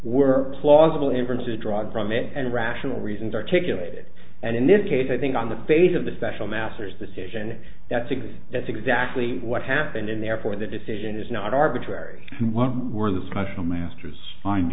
were plausible inferences drawn from and rational reasons articulated and in this case i think on the face of the special masters decision that's exactly that's exactly what happened and therefore the decision is not arbitrary what were the special master's find